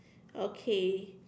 okay